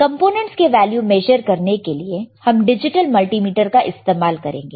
components के value measure करने के लिए हम डिजिटल मल्टीमीटर का इस्तेमाल करेंगे